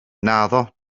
naddo